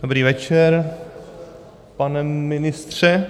Dobrý večer, pane ministře.